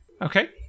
Okay